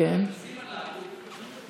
הנושאים הללו,